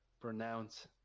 pronounce